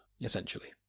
essentially